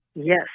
Yes